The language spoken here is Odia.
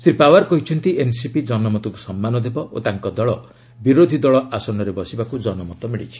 ଶ୍ରୀ ପାୱାର କହିଛନ୍ତି ଏନ୍ସିପି ଜନମତକୁ ସମ୍ମାନ ଦେବ ଓ ତାଙ୍କ ଦଳ ବିରୋଧୀ ଦଳ ଆସନରେ ବସିବାକୁ ଜନମତ ମିଳିଛି